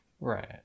Right